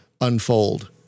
unfold